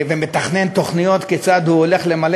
ומתכנן תוכניות כיצד הוא הולך למלא